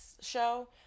show